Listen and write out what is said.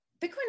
bitcoin